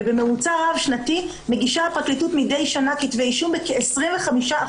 ובממוצע הרב-שנתי מגישה הפרקליטות מדי שנה כתבי אישום בכ-25%